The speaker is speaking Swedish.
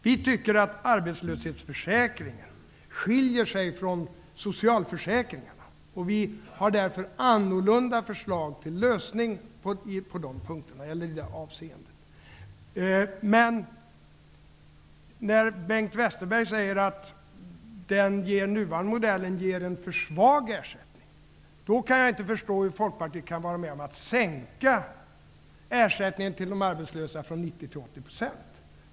Vi tycker att arbetslöshetsförsäkringen skiljer sig från socialförsäkringarna. Vi har därför annorlunda förslag till lösningar i det avseendet. Men när Bengt Westerberg säger att den nuvarande modellen ger en för svag ersättning, kan jag inte förstå hur Folkpartiet kan vara med om att sänka ersättningen till de arbetslösa från 90 % till 80 %.